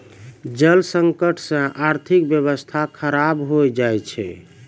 जल संकट से आर्थिक व्यबस्था खराब हो जाय छै